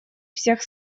всех